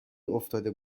افتاده